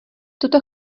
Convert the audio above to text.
tuto